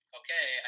okay